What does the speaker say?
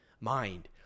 mind